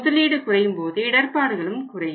முதலீடு குறையும்போது இடர்பாடுகளும் குறையும்